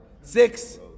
six